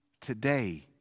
today